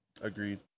agreed